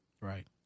Right